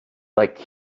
like